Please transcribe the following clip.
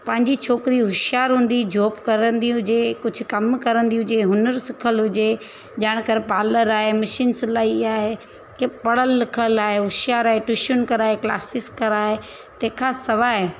पंहिंजी छोकिरी होशियार हूंदी जॉब कंदी हुजे कुझु कमु कंदी हुजे हुनरु सिखियल हुजे ॼाण कर पालर आहे मशीन सिलाई आहे कि पढ़ियल लिखियल आहे होशियार आहे ट्यूशन कराए क्लासिस कराए तंहिं खां सवाइ